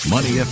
Money